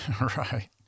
Right